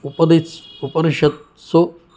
उपदिच् उपनिषत्सु